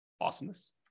Awesomeness